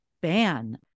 ban